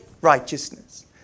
righteousness